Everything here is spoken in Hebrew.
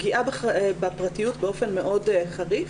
פגיעה בפרטיות באופן מאוד חריף.